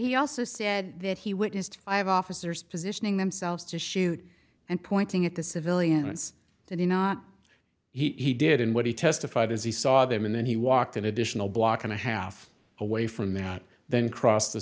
he also said that he witnessed five officers positioning themselves to shoot and pointing at the civilians did he not he did in what he testified as he saw them and then he walked an additional block and a half away from that then crossed the